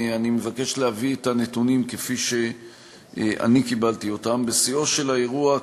אני מבקש להביא את הנתונים כפי שאני קיבלתי אותם: בשיאו של האירוע,